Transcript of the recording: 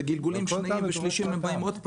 בגלגולים שונים ושלישיים הם באים עוד פעם.